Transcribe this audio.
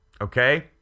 okay